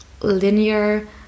linear